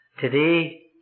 Today